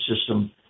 system